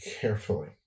carefully